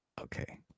Okay